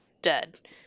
dead